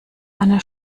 anne